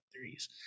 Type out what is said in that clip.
threes